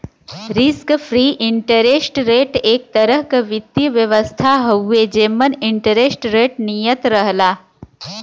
risk free interest rate एक तरह क वित्तीय व्यवस्था हउवे जेमन इंटरेस्ट रेट नियत रहला